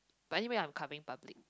but anyway I'm coming public